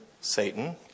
Satan